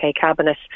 Cabinet